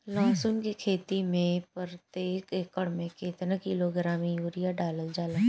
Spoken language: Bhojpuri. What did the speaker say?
लहसुन के खेती में प्रतेक एकड़ में केतना किलोग्राम यूरिया डालल जाला?